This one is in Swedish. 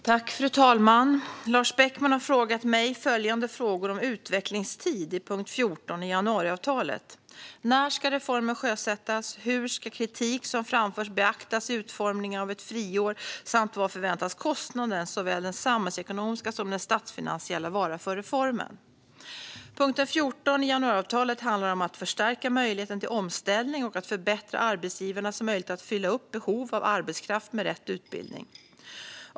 Fru talman! Lars Beckman har ställt följande frågor till mig om utvecklingstid i punkt 14 i januariavtalet: När ska reformen sjösättas? Hur ska kritik som framförts beaktas i utformningen av ett friår? Vad förväntas kostnaden, såväl den samhällsekonomiska som den statsfinansiella, vara för reformen? Punkt 14 i januariavtalet handlar om att förstärka möjligheten till omställning och om att förbättra arbetsgivarnas möjlighet att fylla behov av arbetskraft med rätt utbildning.